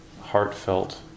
heartfelt